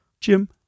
jim